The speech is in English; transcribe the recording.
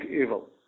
evil